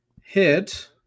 hit